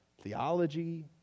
theology